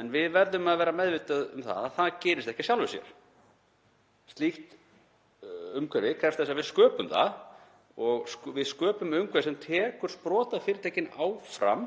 En við verðum að vera meðvituð um að það gerist ekki af sjálfu sér. Slíkt umhverfi krefst þess að við sköpum það og að við sköpum umhverfi sem tekur sprotafyrirtækin áfram